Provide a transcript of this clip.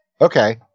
Okay